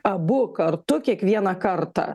abu kartu kiekvieną kartą